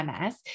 MS